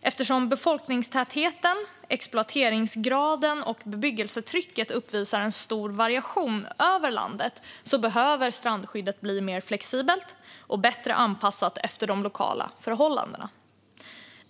Eftersom befolkningstätheten, exploateringsgraden och bebyggelsetrycket uppvisar en stor variation över landet behöver strandskyddet bli mer flexibelt och bättre anpassat efter de lokala förhållandena.